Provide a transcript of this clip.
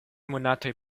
monatoj